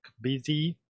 busy